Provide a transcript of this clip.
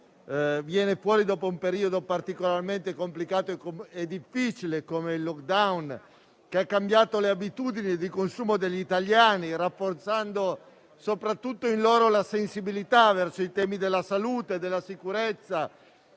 dopo un periodo particolarmente complicato e difficile come il *lockdown,* che ha cambiato le abitudini di consumo degli italiani, rafforzando in loro soprattutto la sensibilità verso i temi della salute e della sicurezza,